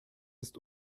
ist